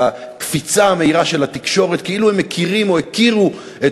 על הקפיצה המהירה של התקשורת כאילו הם מכירים או הכירו את